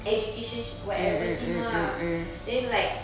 education whatever thing lah then like